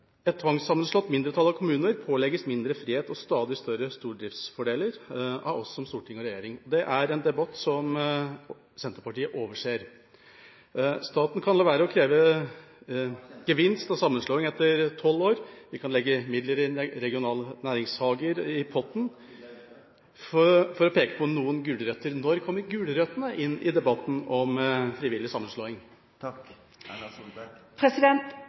Et tvangssammenslått mindretall av kommuner pålegges av oss som storting og regjering mindre frihet og stadig større stordriftsfordeler. Det er en debatt som Senterpartiet overser. Staten kan la være å kreve gevinst og sammenslåing etter tolv år, og vi kan legge midler i regionale næringshager i potten – for å peke på noen gulrøtter. Når kommer gulrøttene inn i debatten om frivillig sammenslåing?